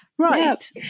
Right